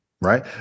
right